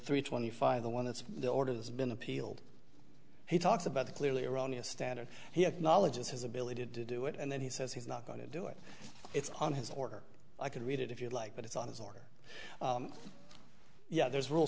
three twenty five the one that's the order has been appealed he talks about the clearly erroneous standard he acknowledges his ability to do it and then he says he's not going to do it it's on his order i can read it if you like but it's on his or her yeah there's r